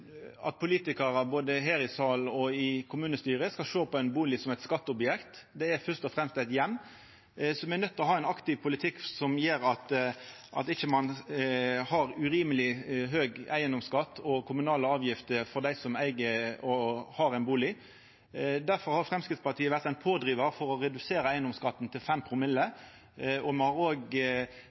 politikarar – her i salen eller i kommunestyret – skal sjå på ein bustad som eit skatteobjekt, det er først og fremst ein heim. Så me er nøydde til å ha ein aktiv politikk som gjer at ein ikkje har urimeleg høg eigedomsskatt og kommunale avgifter for dei som eig ein bustad. Difor har Framstegspartiet vore ein pådrivar for å redusera eigedomsskatten til 5 promille, og me har